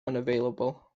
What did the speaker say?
unavailable